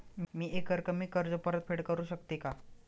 मी एकरकमी कर्ज परतफेड करू शकते का?